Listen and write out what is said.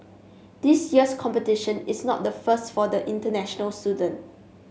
this year's competition is not the first for the international student